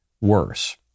worse